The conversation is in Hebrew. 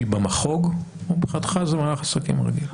במחוג או שמבחינתך זה מהלך עסקים רגיל?